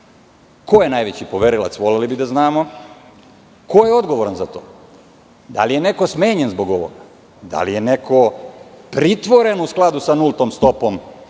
Ko je najveći poverilac voleli bi da znamo? Ko je odgovoran za to? Da li je neko smenjen zbog ovoga? Da li je neko pritvoren u skladu sa nultom stopom